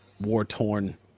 war-torn